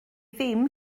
ddim